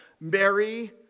Mary